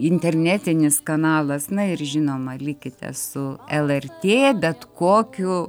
internetinis kanalas na ir žinoma likite su lrt bet kokiu